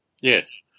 Yes